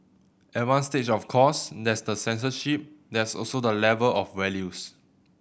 at one stage of course there's the censorship there's also the level of values